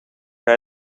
bij